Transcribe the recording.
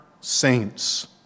saints